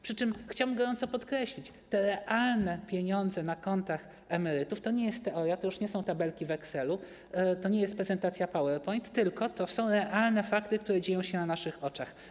Przy czym chciałbym gorąco podkreślić: te realne pieniądze na kontach emerytów to nie jest teoria, to już nie są tabelki w excelu, to nie jest prezentacja PowerPoint, tylko to są realne fakty, które dzieją się na naszych oczach.